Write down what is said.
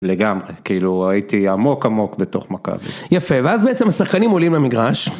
לגמרי, כאילו הייתי עמוק עמוק בתוך מקווי. יפה, ואז בעצם השחקנים עולים למגרש.